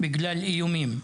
בגלל איומים.